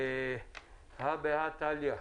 הא בהא תליה,